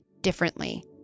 differently